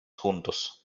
juntos